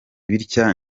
bitya